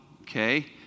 Okay